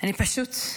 אני פשוט באמת